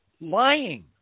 lying